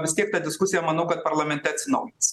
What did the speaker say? vis tiek ta diskusija manau kad parlamente atsinaujins